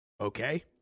Okay